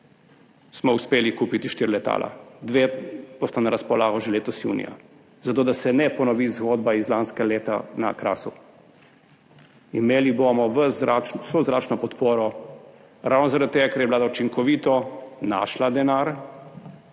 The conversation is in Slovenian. smo uspeli kupiti štiri letala, dve bosta na razpolago že letos junija zato, da se ne ponovi zgodba iz lanskega leta na Krasu. Imeli bomo vso zračno podporo, ravno zaradi tega, ker je vlada učinkovito našla denar,